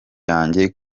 yanjye